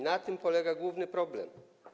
Na tym polega główny problem.